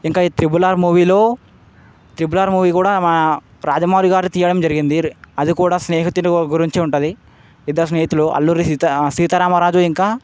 ఇంకా ఈ triple R మూవీలో ట్రిపుల్ ఆర్ మూవీ కూడా మా రాజమౌళి గారు తీయడం జరిగింది అది కూడా స్నేహితులు గురించి ఉంటుంది ఇద్దరు స్నేహితులు అల్లూరి సీతా సీతారామరాజు ఇంకా